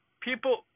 People